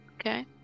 Okay